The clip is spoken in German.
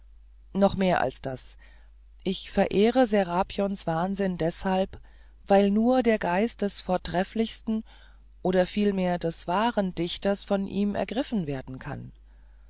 noch mehr als das ich verehre serapions wahnsinn deshalb weil nur der geist des vortrefflichsten oder vielmehr des wahren dichters von ihm ergriffen werden kann